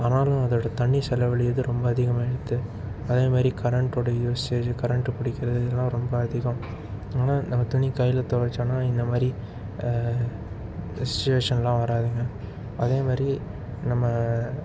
ஆனாலும் அதோடய தண்ணி செலவழிகிறது ரொம்ப அதிகமாயிருது அதேமாதிரி கரண்டோடய யூஸேஜ்ஜி கரண்ட்டு பிடிக்கிறது இதெல்லாம் ரொம்ப அதிகம் அதனால நம்ம துணி கையில் துவைச்சோன்னா இந்த மாதிரி சுச்வேஷனெலாம் வராதுங்க அதே மாதிரி நம்ம